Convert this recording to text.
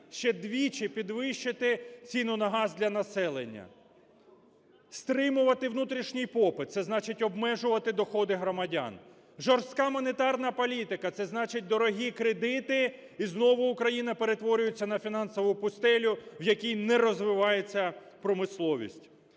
ще вдвічі підвищити ціну на газ для населення! Стримувати внутрішній попит – це значить обмежувати доходи громадян. Жорстка монетарна політика – це значить дорогі кредити. І знову Україна перетворюється на фінансову пустелю, в якій не розвивається промисловість.